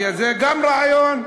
זה גם רעיון.